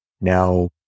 Now